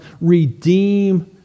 redeem